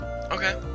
Okay